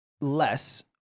Less